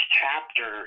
chapter